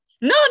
No